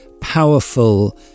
powerful